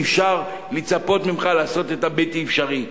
אי-אפשר לצפות ממך לעשות את הבלתי-אפשרי.